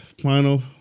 Final